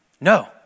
No